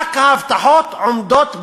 רק ההבטחות עומדות בעינן.